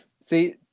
See